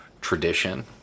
tradition